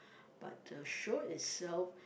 but the show itself